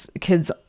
kids